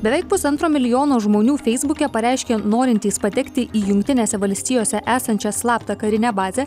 beveik pusantro milijono žmonių feisbuke pareiškė norintys patekti į jungtinėse valstijose esančią slaptą karinę bazę